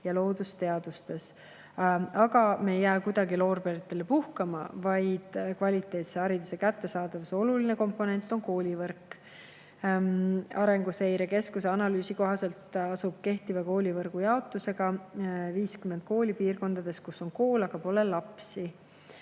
ka loodusteadustes. Aga me ei jää kuidagi loorberitele puhkama. Kvaliteetse hariduse kättesaadavuse oluline komponent on koolivõrk. Arenguseire Keskuse analüüsi kohaselt asub kehtiva koolivõrgujaotuse korral 50 kooli piirkondades, kus on kool, aga pole lapsi.